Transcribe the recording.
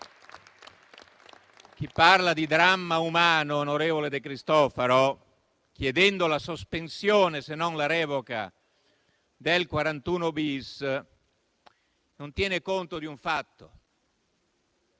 Chi parla di dramma umano, senatore De Cristofaro, chiedendo la sospensione, se non la revoca del 41-*bis*, non tiene conto di un fatto.